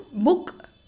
book